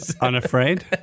Unafraid